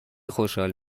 خوشحال